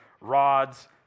rods